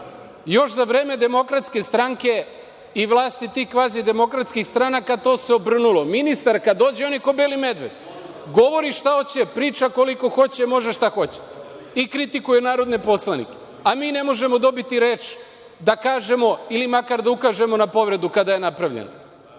Još za vreme DS i vlasti tih kvazi demokratskih stranaka to se obrnulo. Ministar kad dođe, on je kao beli medved. Govori šta hoće, priča koliko hoće, može šta hoće i kritikuje narodne poslanike, a mi ne možemo dobiti reč da kažemo ili da makar ukažemo na povredu kada je napravljena.